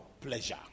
pleasure